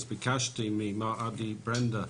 ביקשתי ממר עדי ברנדר,